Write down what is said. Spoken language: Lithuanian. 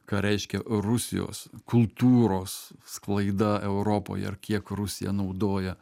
ką reiškia rusijos kultūros sklaida europoje ir kiek rusija naudoja